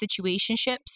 situationships